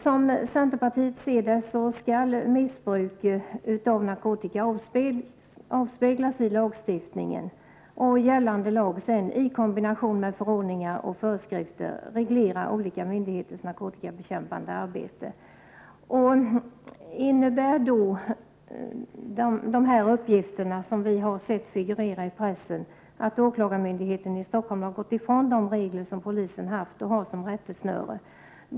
Som vi i centerpartiet ser saken skall missbruk av narkotika avspeglas i lagstiftningen. Gällande lag —- i kombination med förordningar och föreskrifter — reglerar olika myndigheters narkotikabekämpande arbete. När det gäller de uppgifter som figurerat i pressen vill jag fråga om det här innebär att åklagarmyndigheten i Stockholm har gått ifrån de regler som polisen har haft och fortfarande har som rättesnöre.